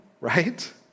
right